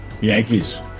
Yankees